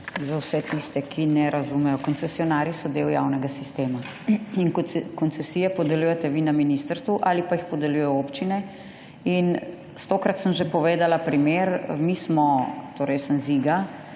za vse tiste, ki ne razumejo. Koncesionarji so del javnega sistema. In koncesije podeljujete vi na ministrstvu ali pa jih podelijo občine in stokrat sem že povedala primer, mi smo, torej jaz sem iz Iga,